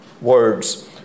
words